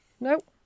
Nope